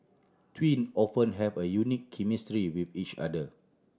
twin often have a unique chemistry with each other